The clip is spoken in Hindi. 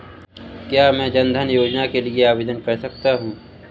क्या मैं जन धन योजना के लिए आवेदन कर सकता हूँ?